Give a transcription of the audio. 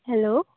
hello